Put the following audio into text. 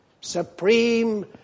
Supreme